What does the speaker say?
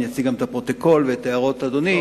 ואציג גם את הפרוטוקול ואת הערות אדוני